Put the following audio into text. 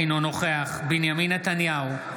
אינו נוכח בנימין נתניהו,